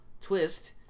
twist